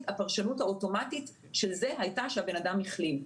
הפרשנות האוטומטית של זה הייתה שהבן אדם החלים.